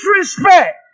disrespect